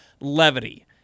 levity